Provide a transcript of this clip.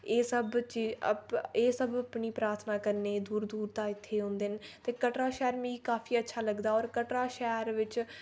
एह् सब एह् सब अपनी प्राथना करने ई दूर दूर दा इत्थै औंदे न ते कटरा शैह्र मि काफी अच्छा लगदा और कटरा शैह्र बिच